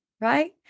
Right